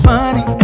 Money